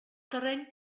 terreny